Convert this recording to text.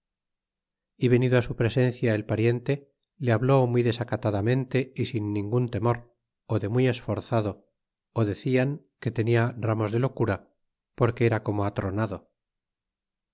y venido su presencia el pariente le habló muy desacatada mente y sin ningun temor ó de muy esforzado decían que tenia ramos de locura porque era como atronado